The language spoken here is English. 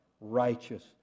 righteous